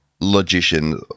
logician